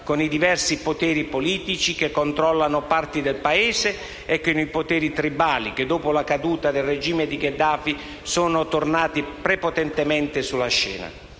con i diversi poteri politici che controllano parti del Paese e con i poteri tribali che, dopo la caduta del regime di Gheddafi, sono tornati prepotentemente sulla scena.